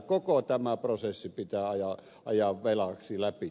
koko tämä prosessi pitää ajaa velaksi läpi